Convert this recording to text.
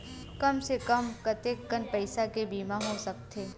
कम से कम कतेकन पईसा के बीमा हो सकथे?